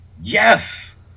yes